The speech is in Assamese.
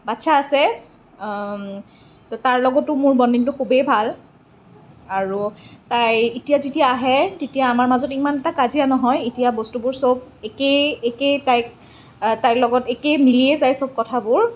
বাচ্ছা আছে তাৰ লগতো মোৰ ব'ণ্ডিঙটো খুবেই ভাল আৰু তাই এতিয়া যেতিয়া আহে তেতিয়া আমাৰ মাজত ইমান এটা কাজিয়া নহয় এতিয়া বস্তুবোৰ চব একেই একেই টাইপ তাইৰ লগত একেই মিলিয়ে যায় চব কথাবোৰ